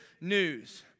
news